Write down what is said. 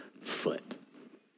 foot